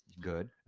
good